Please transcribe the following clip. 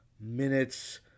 minutes